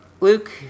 Luke